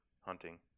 hunting